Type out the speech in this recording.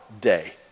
day